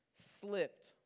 slipped